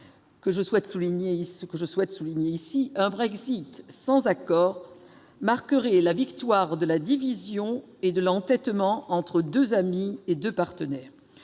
que je souhaite souligner ici, un Brexit sans accord marquerait la victoire de la division et de l'entêtement entre deux amis, entre deux partenaires.